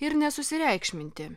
ir nesusireikšminti